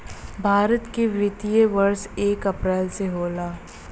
भारत के वित्तीय वर्ष एक अप्रैल से होला